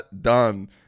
done